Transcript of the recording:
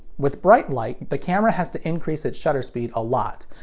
with bright light the camera has to increase its shutter speed a lot,